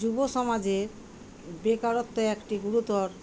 যুব সমাজে বেকারত্ব একটি গুরুতর